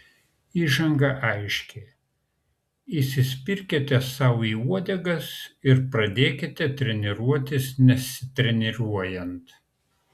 įžanga aiški įsispirkite sau į uodegas ir pradėkite treniruotis nesitreniruojant